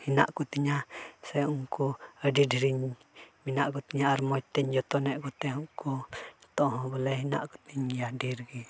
ᱦᱮᱱᱟᱜ ᱠᱚᱛᱤᱧᱟ ᱥᱮ ᱩᱱᱠᱩ ᱟᱹᱰᱤ ᱰᱷᱮᱨᱮᱧ ᱢᱮᱱᱟᱜ ᱠᱚᱛᱤᱧᱟ ᱟᱨ ᱢᱚᱡᱽ ᱛᱤᱧ ᱡᱚᱛᱚᱱᱮᱜ ᱠᱚᱛᱮᱩᱱᱠᱩ ᱱᱤᱛᱚᱜ ᱦᱚᱸ ᱵᱚᱞᱮ ᱦᱮᱱᱟᱜ ᱠᱚᱛᱤᱧ ᱜᱮᱭᱟ ᱰᱷᱮᱨ ᱜᱮ